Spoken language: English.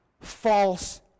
false